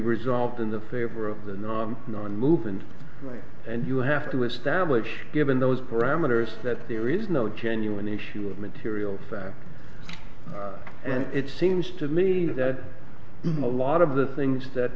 resolved in the favor of the non non movement and you have to establish given those parameters that there is no genuine issue of material fact and it seems to me that i'm a lot of the things that